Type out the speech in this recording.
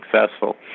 successful